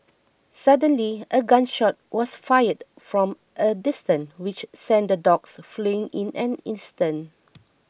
suddenly a gun shot was fired from a distance which sent the dogs fleeing in an instant